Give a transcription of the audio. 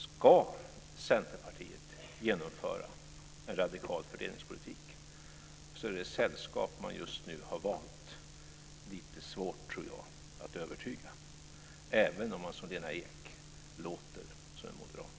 Ska Centerpartiet genomföra en radikal fördelningspolitik är det sällskap som man just nu har valt lite svårt att övertyga, tror jag, även om man som Lena Ek låter som en moderat.